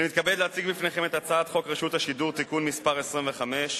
אני מתכבד להציג בפניכם את הצעת חוק רשות השידור (תיקון מס' 25),